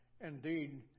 Indeed